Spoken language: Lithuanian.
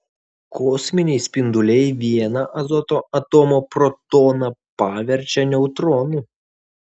kosminiai spinduliai vieną azoto atomo protoną paverčia neutronu